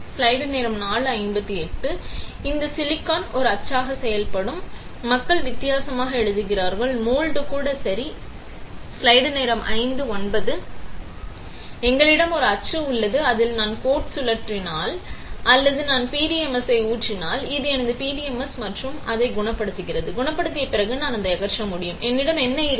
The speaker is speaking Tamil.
எனவே இந்த சிலிக்கான் ஒரு அச்சாக செயல்படும் மக்கள் வித்தியாசமாக எழுதுகிறார்கள் மோல்டு கூட சரி மோல்டு கூட சரி சரி எனவே எங்களிடம் ஒரு அச்சு உள்ளது அதில் நான் கோட் சுழற்றினால் அல்லது நான் PDMS ஐ ஊற்றினால் இது எனது PDMS மற்றும் அதை குணப்படுத்துகிறது குணப்படுத்திய பிறகு நான் அதை அகற்ற முடியும் என்னிடம் என்ன இருக்கும்